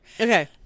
Okay